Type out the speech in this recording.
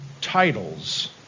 titles